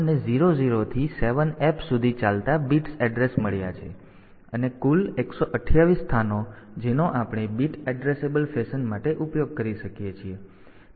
તેથી આ રીતે આપણને 00 થી 7F સુધી ચાલતા બીટ એડ્રેસ મળ્યા છે અને કુલ 128 સ્થાનો જેનો આપણે બીટ એડ્રેસેબલ ફેશન માટે ઉપયોગ કરી શકીએ છીએ